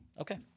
Okay